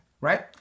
Right